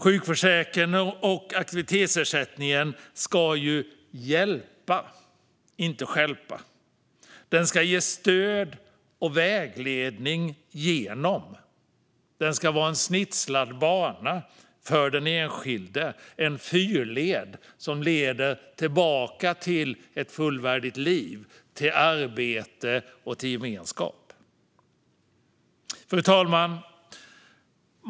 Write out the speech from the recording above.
Sjukförsäkringen och aktivitetsersättningen ska hjälpa, inte stjälpa. Den ska ge stöd och vägledning genom rehabilitering, vara en snitslad bana för den enskilde och en fyrled som leder tillbaka till ett fullvärdigt liv, till arbete och gemenskap. Fru talman!